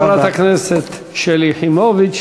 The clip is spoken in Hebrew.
תודה לחברת הכנסת שלי יחימוביץ.